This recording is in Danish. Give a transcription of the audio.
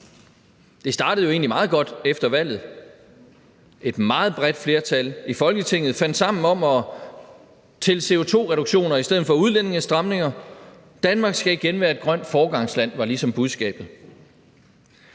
jo egentlig meget godt efter valget. Et meget bredt flertal i Folketinget fandt sammen om CO2-reduktioner i stedet for udlændingestramninger. Danmark skal igen være et grønt foregangsland – det var ligesom budskabet.